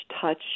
touch